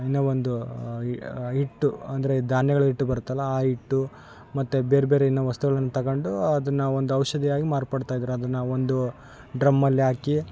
ಇನ್ನು ಒಂದು ಹಿಟ್ಟು ಅಂದರೆ ಧಾನ್ಯಗಳ ಹಿಟ್ ಬರುತ್ತಲ ಆ ಹಿಟ್ಟು ಮತ್ತು ಬೇರೆಬೇರೆ ಇನ್ನು ವಸ್ತುಗಳನ್ನು ತಗೊಂಡ್ ಅದನ್ನು ಒಂದು ಔಷಧಿಯಾಗಿ ಮಾರ್ಪಡ್ತ ಇದ್ರೆ ಅದನ್ನು ಒಂದು ಡ್ರಮ್ಮಲ್ಲಿ ಹಾಕಿ